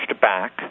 back